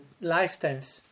lifetimes